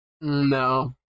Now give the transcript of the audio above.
no